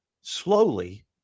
slowly